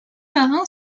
marin